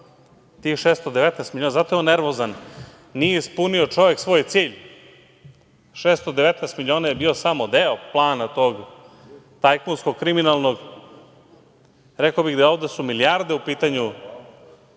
tih 619 miliona, zato je on nervozan, nije ispunio čovek svoj cilj, 619 miliona je bio samo deo plana tog tajkunskog kriminalnog, rekao bih da su milijarde u pitanju